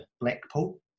Blackpool